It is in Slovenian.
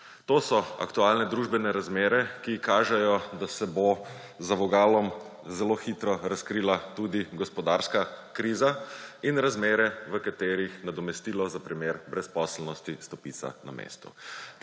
To so aktualne družbene razmere, ki kažejo, da se bo za vogalom zelo hitro razkrila tudi gospodarska kriza in razmere, v katerih nadomestilo za primer brezposelnosti stopica na mestu.